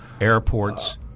airports